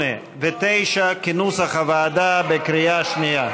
8 ו-9, כנוסח הוועדה, בקריאה שנייה.